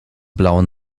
blauen